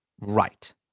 Right